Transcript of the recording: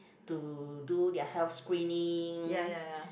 to do their health screening